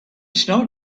start